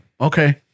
okay